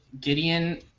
Gideon